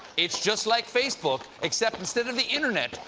it's just like facebook, except, instead of the internet,